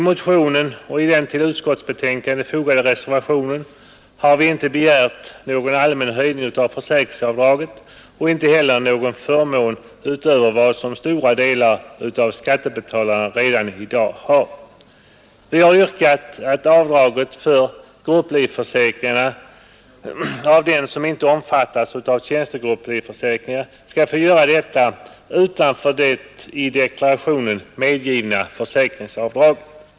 I motionen och i den till utskottsbetänkandet fogade reservationen har vi inte begärt någon allmän höjning av försäkringsavdraget och inte heller någon förmån utöver vad som stora delar av skattebetalarna redan i dag har. Vi har yrkat att avdrag för grupplivförsäkringar skall få göras av den som inte omfattas av tjänstegrupplivförsäkringar utanför det i deklarationen medgivna försäkringsavdraget.